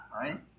Right